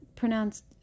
Pronounced